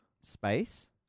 space